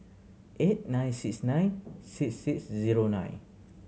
eight nine six nine six six zero nine